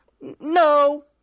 No